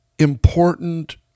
important